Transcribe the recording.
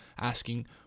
asking